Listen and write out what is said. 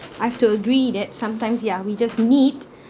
I have to agree that sometimes yeah we just need yeah